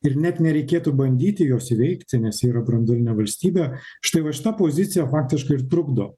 ir net nereikėtų bandyti jos įveikti nes ji yra branduolinė valstybė štai va šita pozicija faktiškai ir trukdo